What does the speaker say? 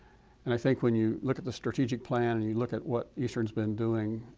and i think when you look at the strategic plan and you look at what eastern's been doing